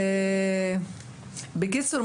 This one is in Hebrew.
בקיצור,